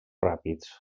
ràpids